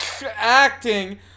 acting